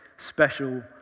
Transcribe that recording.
special